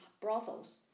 brothels